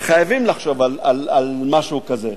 חייבים לחשוב על משהו כזה.